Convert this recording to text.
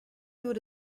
good